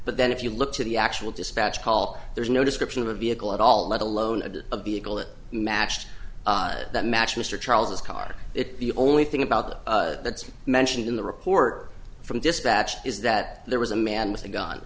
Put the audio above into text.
but then if you look to the actual dispatch call there's no description of a vehicle at all let alone a vehicle that matched that match mr charles this car it's the only thing about that that's mentioned in the report from dispatch is that there was a man with a gun